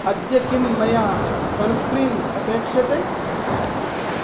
अद्य किम् मया सन् स्क्रीन् अपेक्ष्यते